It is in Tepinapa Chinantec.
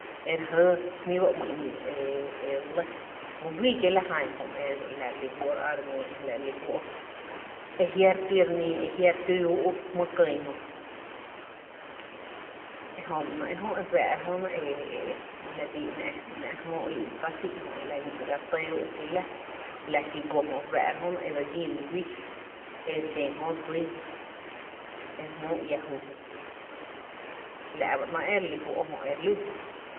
E re jɇɇ jmí’ ba ‘mi’n e lɇ my guíí kie’ la jan jö e la re lí fó’ e re a re ngýn e la re lí fó’ e jia’ re ti re nii e re tún úú’ jmýý kÿÿ jöe jöi ba ‘néé’ jö e re fⱥⱥ’ra jö e e la bii ‘ná’ ‘ná’ e re jmóó í’ ba tá’ xii’ jö e la ñó’ ga re tɇɇ uú’ ki la ki go jö re fⱥⱥ’ra jö e dse gin my guíi e li xen jöö dsíí jö e re jmóó ia jü jö, la’ ba ‘néé’ e re lí fó’ jö e re lún jö.